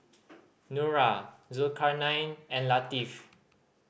Nura Zulkarnain and Latif